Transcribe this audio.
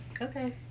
Okay